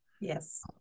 Yes